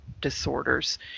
disorders